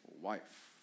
wife